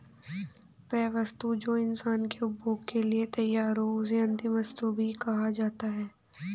वह वस्तु जो इंसान के उपभोग के लिए तैयार हो उसे अंतिम वस्तु भी कहा जाता है